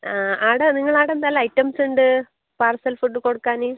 ആ അവിടെ നിങ്ങളെ അവിടെ എന്തെല്ലാം ഐറ്റംസ് ഉണ്ട് പാർസൽ ഫുഡ് കൊടുക്കാൻ